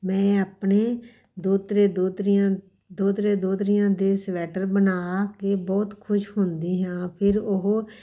ਮੈਂ ਆਪਣੇ ਦੋਹਤਰੇ ਦੋਹਤਰੀਆਂ ਦੋਹਤਰੇ ਦੋਹਤਰੀਆਂ ਦੇ ਸਵੈਟਰ ਬਣਾ ਕੇ ਬਹੁਤ ਖੁਸ਼ ਹੁੰਦੀ ਹਾਂ ਫਿਰ ਉਹ